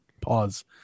pause